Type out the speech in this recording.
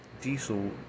diesel